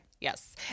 Yes